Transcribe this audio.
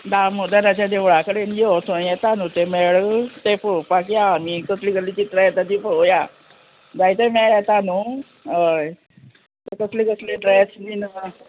दामोदराच्या देवळा यो थंय येता न्हू ते मेळ ते पळोवपाक या आमी कसली कसली जी ट्रेसाची ती पळोवया जायते मेळ येता न्हू हय कसली कसली ड्रेस बी ना